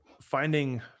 finding